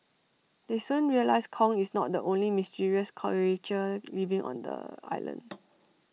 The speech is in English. they soon realise Kong is not the only mysterious creature living on the island